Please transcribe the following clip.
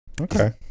Okay